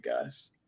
guys